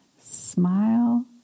smile